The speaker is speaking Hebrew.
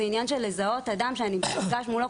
זה עניין של לזהות אדם שאני במפגש מולו.